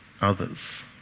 others